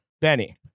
Benny